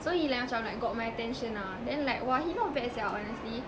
so he like macam like got my attention ah then like !wah! he not bad sia honestly